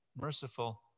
merciful